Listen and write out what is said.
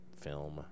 film